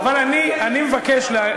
אני אענה.